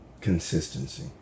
consistency